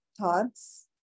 thoughts